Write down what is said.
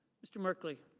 mr. markley.